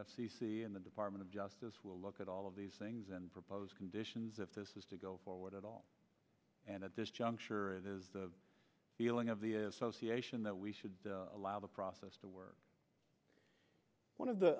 c and the department of justice will look at all of these things and propose conditions if this is to go forward at all and at this juncture it is the feeling of the association that we should allow the process to work one of the